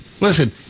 listen